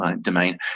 domain